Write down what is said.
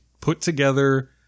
put-together